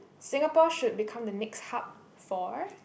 Singapore should become the next hub for